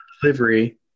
delivery